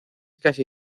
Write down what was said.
casi